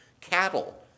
cattle